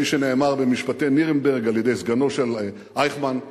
כפי שנאמר במשפטי נירנברג על-ידי סגנו של אייכמן,